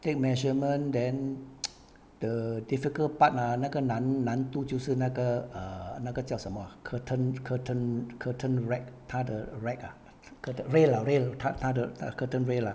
take measurement then the difficult part ah 那个难难度就是那个呃那个叫什么 curtain curtain curtain rack 他的 rack ah cur~ rail rail ah 他的他的 curtain rail ah